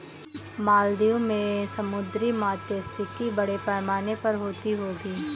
मालदीव में समुद्री मात्स्यिकी बड़े पैमाने पर होती होगी